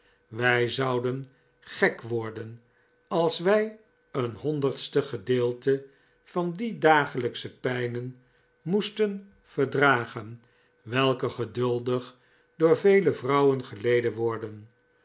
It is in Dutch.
wij zouden gek worden als wij een honderdste gedeelte van die dagelijksche pijnen moesten verdragen welke geduldig door vele vrouwen geleden worden